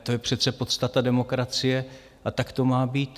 To je přece podstata demokracie a tak to má být.